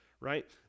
right